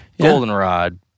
goldenrod